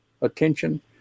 attention